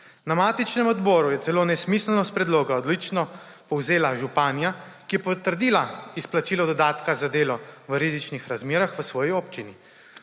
Na matičnem odboru je celo nesmiselnost predloga odlično povzela županja, ki je potrdila izplačilo dodatka za delo v rizičnih razmerah v svoji občini.